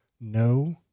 no